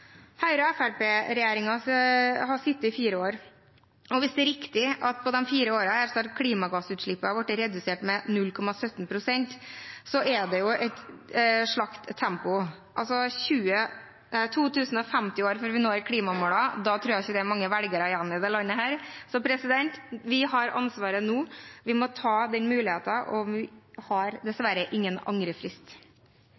har sittet i fire år, og hvis det er riktig at klimagassutslippene på disse fire årene har blitt redusert med 0,17 pst., er det et slakt tempo. Da vil det altså ta 2 050 år før vi når klimamålene – da tror jeg ikke det er mange velgere igjen i dette landet. Så vi har ansvaret nå, vi må ta den muligheten – og vi har